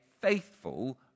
faithful